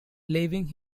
leaving